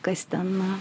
kas ten na